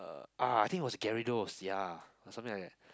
uh ah I think was Gyarados ya or something like that